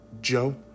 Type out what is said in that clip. Joe